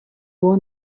one